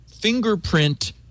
fingerprint